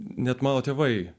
net mano tėvai